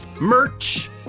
Merch